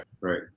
Right